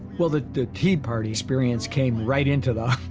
well, the the tea party experience came right into the,